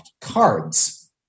cards